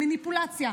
במניפולציה,